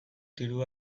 diru